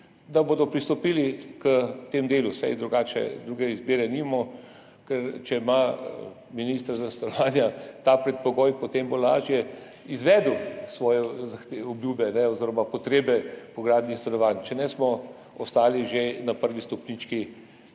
da bodo pristopili k temu delu, saj druge izbire nimamo. Če ima minister za stanovanja ta predpogoj, potem bo lažje izvedel svoje obljube oziroma potrebe po gradnji stanovanj. Če ne, smo ostali že na prvi stopnički